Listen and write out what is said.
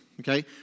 Okay